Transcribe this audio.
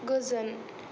गोजोन